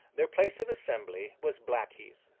their place of assembly was blackheath,